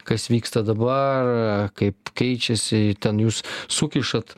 kas vyksta dabar kaip keičiasi ten jūs sukišat